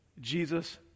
Jesus